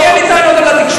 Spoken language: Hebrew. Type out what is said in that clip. אין לי טענות על התקשורת.